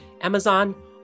Amazon